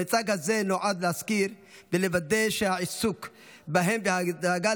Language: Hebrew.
המיצג הזה נועד להזכיר ולוודא שהעיסוק בהם והדאגה